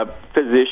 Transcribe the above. physician